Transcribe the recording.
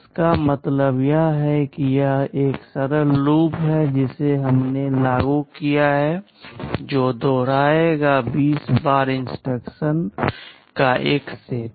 इसका मतलब है कि यह एक सरल लूप है जिसे हमने लागू किया है जो दोहराएगा 20 बार इंस्ट्रक्शंस का एक सेट